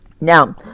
now